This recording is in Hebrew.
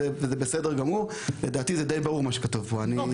כך שלדעתי מה שכתוב פה כרגע הוא מספיק ברור.